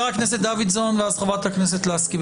חבר הכנסת דוידסון, ואז חברת הכנסת לסקי.